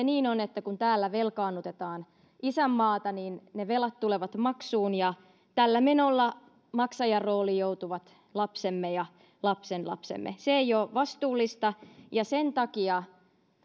niin on että kun täällä velkaannutetaan isänmaata niin ne velat tulevat maksuun ja tällä menolla maksajan rooliin joutuvat lapsemme ja lapsenlapsemme se ei ole vastuullista ja sen takia